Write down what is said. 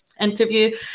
interview